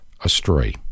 astray